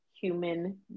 human